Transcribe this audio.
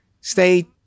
stay